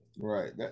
right